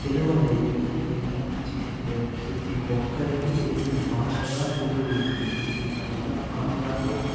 తెలుగు అనేది ఎంత మంచిది అంటే ప్రతీ ఒక్కరికి తెలిసిన భాషగా తెలుగు ఉంది అంతేకాకుండా ఆంధ్రాలో